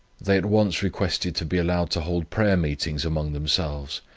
they at once requested to be allowed to hold prayer-meetings among themselves,